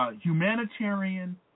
humanitarian